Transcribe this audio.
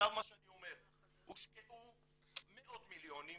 הושקעו מאות מיליונים,